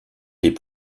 les